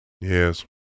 Yes